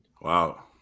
Wow